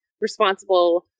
responsible